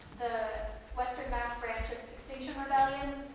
the western mass frantic station rebellion.